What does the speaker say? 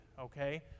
okay